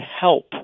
help